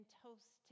toast